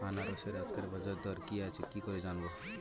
আনারসের আজকের বাজার দর কি আছে কি করে জানবো?